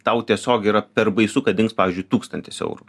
tau tiesiog yra per baisu kad dings pavyzdžiui tūkstantis eurų